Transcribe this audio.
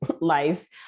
life